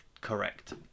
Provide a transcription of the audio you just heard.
correct